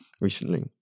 recently